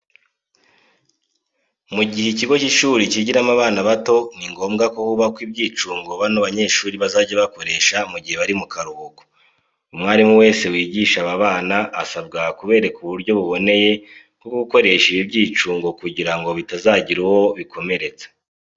Mu gihe ikigo cy'ishuri cyigiramo abana bato, ni ngombwa ko hubakwa ibyicungo bano banyeshuri bazajya bakoresha mu gihe bari mu karuhuko. Umwarimu wese wigisha aba bana asabwa kubereka uburyo buboneye bwo gukoresha ibi byicungo kugira ngo bitazagira uwo bikomeretsa.